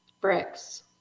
Bricks